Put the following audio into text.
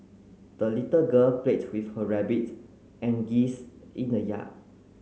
the little girl played with her rabbit and geese in the yard